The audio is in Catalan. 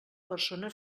persona